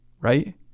right